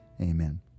amen